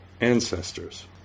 ancestors